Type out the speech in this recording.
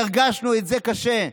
והרגשנו את זה קשה.